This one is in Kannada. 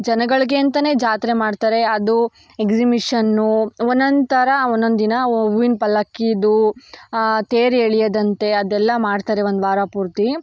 ಜನಗಳಿಗೆ ಅಂತಲೇ ಜಾತ್ರೆ ಮಾಡ್ತಾರೆ ಅದು ಎಕ್ಸಿಮಿಷನ್ನು ಒಂದೊಂದ್ ಥರ ಒಂದೊಂದ್ ದಿನ ಹೂವಿನ್ ಪಲ್ಲಕ್ಕಿದು ತೇರು ಎಳೆಯೋದಂತೆ ಅದೆಲ್ಲ ಮಾಡ್ತಾರೆ ಒಂದು ವಾರ ಪೂರ್ತಿ